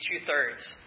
two-thirds